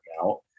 out